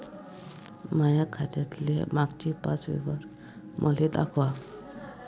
माया खात्यातले मागचे पाच व्यवहार मले दाखवा